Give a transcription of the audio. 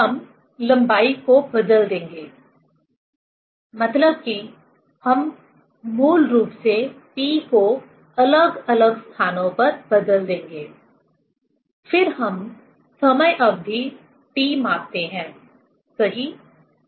हम लंबाई को बदल देंगे मतलब कि हम मूल रूप से P को अलग अलग स्थानों पर बदल देंगे फिर हम समय अवधि T मापते हैंसही